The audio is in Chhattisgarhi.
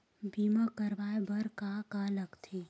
बीमा करवाय बर का का लगथे?